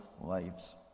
lives